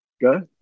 go